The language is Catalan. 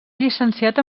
llicenciat